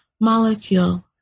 molecule